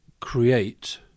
create